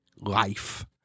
life